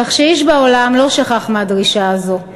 כך שאיש בעולם לא שכח מהדרישה הזאת.